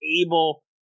able